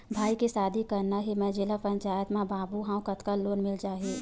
भाई के शादी करना हे मैं जिला पंचायत मा बाबू हाव कतका लोन मिल जाही?